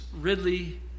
Ridley